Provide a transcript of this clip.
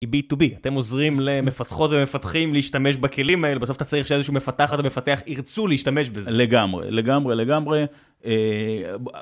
היא b2b, אתם עוזרים למפתחות ומפתחים להשתמש בכלים האלה בסוף אתה צריך שאיזשהו מפתחת או מפתח ירצו להשתמש בזה. לגמרי, לגמרי לגמרי,